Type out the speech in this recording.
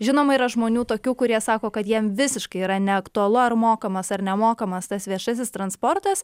žinoma yra žmonių tokių kurie sako kad jiem visiškai yra neaktualu ar mokamas ar nemokamas tas viešasis transportas